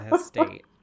state